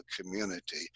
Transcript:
community